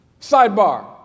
sidebar